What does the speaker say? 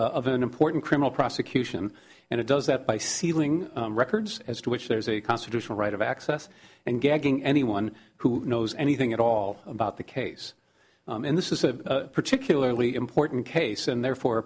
of an important criminal prosecution and it does that by sealing records as to which there's a constitutional right of access and gagging anyone who knows anything at all about the case and this is a particularly important case and therefore